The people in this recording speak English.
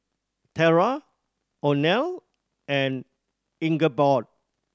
Terra Oneal and Ingeborg